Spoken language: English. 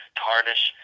tarnish